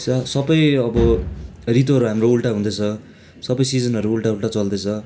सा सबै अब ऋतुहरू हाम्रो उल्टा हुँदैछ सबै सिजनहरू उल्टा उल्टा चल्दैछ